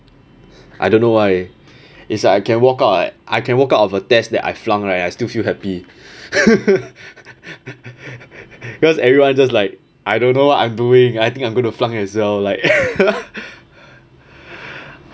I don't know why is like I can walk out I can walk out of a test that I flung right I still feel happy because everyone just like I don't know what I'm doing I think I'm going to flung as well like